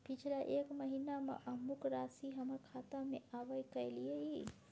पिछला एक महीना म अमुक राशि हमर खाता में आबय कैलियै इ?